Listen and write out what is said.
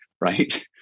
Right